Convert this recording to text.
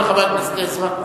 עזרא.